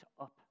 up